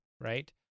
right